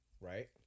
Right